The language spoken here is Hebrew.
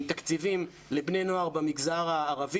עם תקציבים לבני נוער במגזר הערבי.